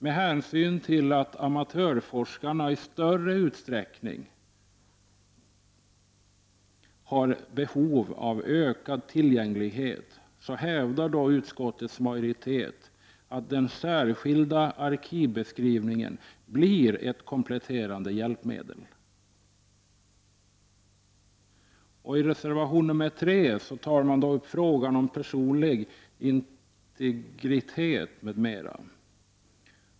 Med hänsyn till att amatörforskarna i större utsträckning har behov av ökad tillgänglighet, hävdar utskottets majoritet att den särskilda arkivbeskrivningen blir ett kompletterande hjälpmedel. I reservation nr 3 tar man upp frågan om personlig integritet m.m.